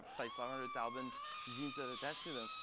say, five hundred thousand genes that are attached to them.